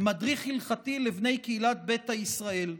מדריך הלכתי לבני קהילת ביתא ישראל.